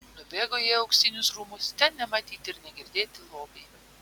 nubėgo jie į auksinius rūmus ten nematyti ir negirdėti lobiai